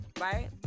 Right